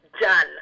Done